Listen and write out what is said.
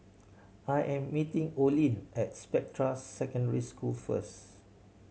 I am meeting Olin at Spectra Secondary School first